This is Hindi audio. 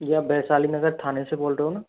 जी आप वैशाली नगर थाने से बोल रहे हो ना